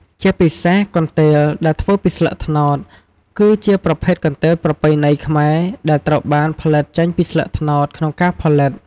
ជាពិសេស កន្ទេលដែលធ្វើពីស្លឹកត្នោត គឺជាប្រភេទកន្ទេលប្រពៃណីខ្មែរ ដែលត្រូវបានផលិតចេញពីស្លឹកត្នោតក្នុងការផលិត។